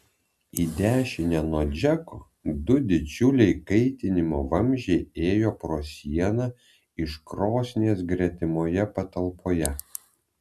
į dešinę nuo džeko du didžiuliai kaitinimo vamzdžiai ėjo pro sieną iš krosnies gretimoje patalpoje